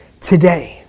today